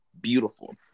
beautiful